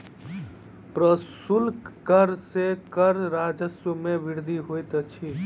प्रशुल्क कर सॅ कर राजस्व मे वृद्धि होइत अछि